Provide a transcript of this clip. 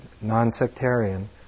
non-sectarian